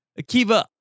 Akiva